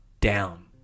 down